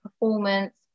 performance